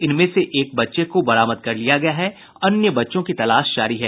इनमें से एक बच्चे को बरामद कर लिया गया है अन्य बच्चों की तलाश जारी है